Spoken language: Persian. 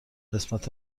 قسمت